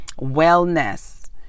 wellness